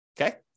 Okay